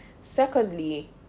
secondly